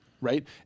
Right